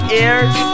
ears